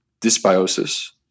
dysbiosis